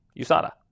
USADA